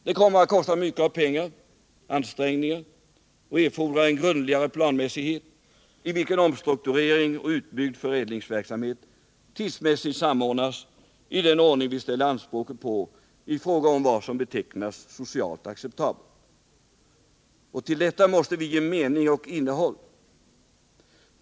Det kommer att kosta mycket av pengar och ansträngningar och erfordra en grundligare planmässighet, i vilken omstrukturering och utbyggd förädlingsverksamhet tidsmässigt samordnas i den ordning vi ställer anspråk på i fråga om vad som betecknas som socialt acceptabelt. Till detta måste vi ge mening och innehåll.